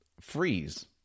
freeze